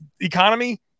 economy